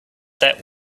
that